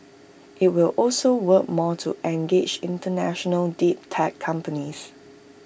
IT will also work more to engage International deep tech companies